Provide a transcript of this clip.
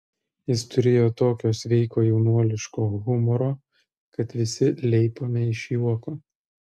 jis turėjo tokio sveiko jaunuoliško humoro kad visi leipome iš juoko